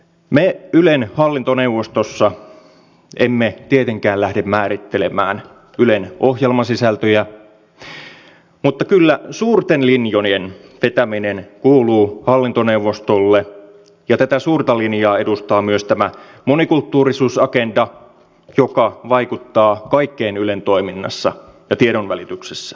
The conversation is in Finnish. me ylen hallintoneuvostossa emme tietenkään lähde määrittelemään ylen ohjelmasisältöjä mutta kyllä suurten linjojen vetäminen kuuluu hallintoneuvostolle ja tätä suurta linjaa edustaa myös tämä monikulttuurisuusagenda joka vaikuttaa kaikkeen ylen toiminnassa ja tiedonvälityksessä